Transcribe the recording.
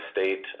state